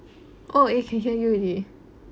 oh eh can hear you already